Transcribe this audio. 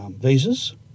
visas